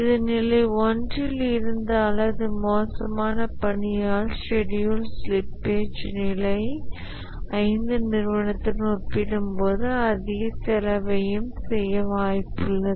இது நிலை 1 இல் இருந்தால் அது மோசமான பணியால் ஸ்கெடியூல் ஸ்லிப்பேஜ் நிலை 5 நிறுவனத்துடன் ஒப்பிடும்போது அதிக செலவையும் செய்ய வாய்ப்புள்ளது